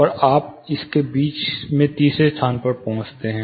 अब आप इसके बीच में तीसरे स्थान पर पहुँचते हैं